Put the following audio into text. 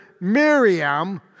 Miriam